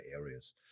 areas